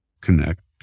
connect